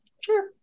sure